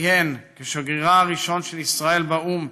כיהן כשגרירה הראשון של ישראל באו"ם